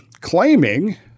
claiming